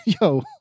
yo